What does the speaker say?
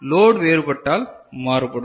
load வேறுபட்டால் மாறுபடும்